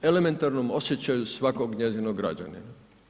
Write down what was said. I u elementarnom osjećaju svakog njezinog građanina.